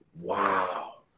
wow